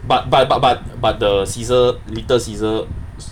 but but but but but the caesar the little caesar